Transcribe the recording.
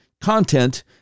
content